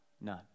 none